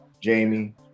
Jamie